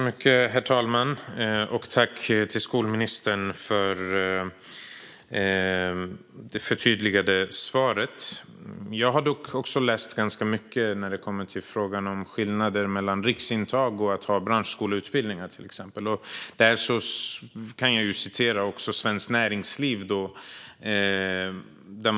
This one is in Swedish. Herr talman! Tack, skolministern, för det förtydligade svaret! Jag har också läst ganska mycket när det gäller skillnader mellan riksintag och branschskoleutbildningar, till exempel. Där kan jag också återge vad Svenskt Näringsliv säger.